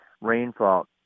rainfall